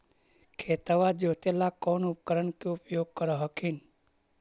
खेतबा जोते ला कौन उपकरण के उपयोग कर हखिन?